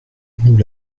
nous